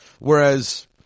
Whereas